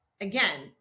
Again